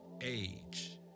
age